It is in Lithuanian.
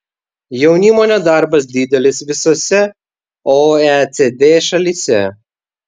jaunimo nedarbas didelis visose oecd šalyse